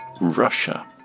Russia